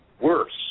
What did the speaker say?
worse